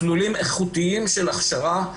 מסלולים איכותיים של הכשרה,